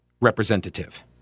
representative